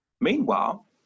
Meanwhile